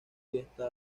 fiesta